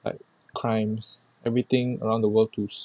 like crimes everything around the world to~